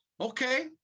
Okay